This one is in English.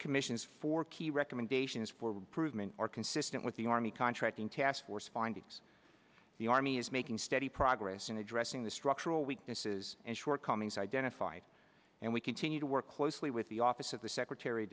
commissions for key recommendations for recruitment are consistent with the army contracting task force findings the army is making steady progress in addressing the structural weaknesses and shortcomings identified and we continue to work closely with the office of the secretary of